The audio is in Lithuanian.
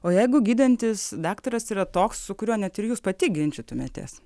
o jeigu gydantis daktaras yra toks su kuriuo net ir jūs pati ginčytumėtės